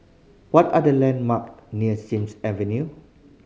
what are the landmark near Sims Avenue